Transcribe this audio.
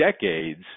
decades